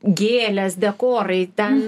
gėlės dekorai ten